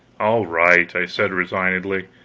all right, i said resignedly,